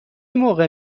موقع